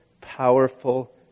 powerful